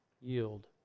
yield